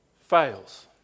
Fails